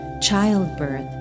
childbirth